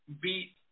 beat